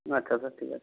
আচ্ছা স্যার ঠিক আছে